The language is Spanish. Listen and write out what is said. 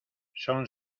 son